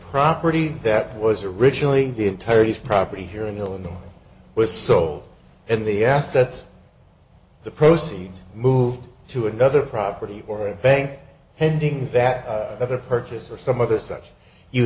property that was originally the entirety of property here in illinois was sold and the assets the proceeds move to another property or bank heading that other purchase or some other stuff you